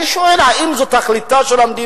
אני שואל: האם זו תכליתה של המדינה?